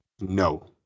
No